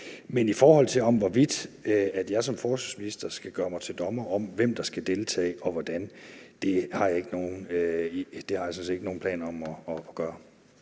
I forhold til hvorvidt jeg som forsvarsminister skal gøre mig til dommer over, hvem der skal deltage og hvordan, vil jeg sige, at det har